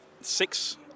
six